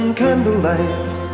candlelights